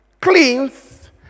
cleans